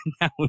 now